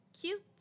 cute